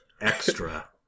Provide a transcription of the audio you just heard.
Extra